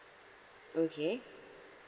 okay